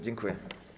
Dziękuję.